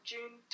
June